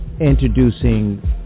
introducing